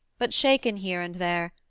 but shaken here and there,